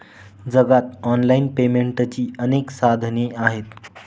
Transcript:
जगात ऑनलाइन पेमेंटची अनेक साधने आहेत